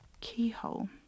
keyhole